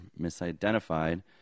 misidentified